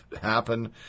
happen